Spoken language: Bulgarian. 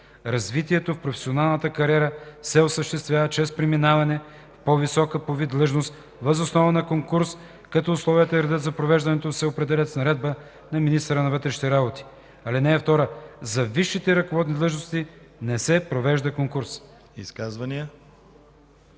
Развитието в професионалната кариера се осъществява чрез преминаване в по-висока по вид длъжност въз основа на конкурс, като условията и редът на провеждането му се определят с наредба на министъра на вътрешните работи. (2) За висшите ръководни длъжности не се провежда конкурс.”